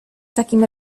takim